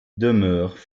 demeurèrent